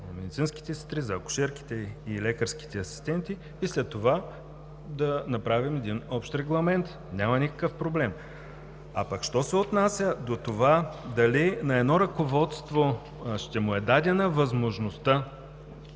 медицинските сестри, за акушерките и лекарските асистенти, а след това да направим един общ регламент и няма никакъв проблем. Що се отнася до това дали на едно ръководство ще му е дадена възможност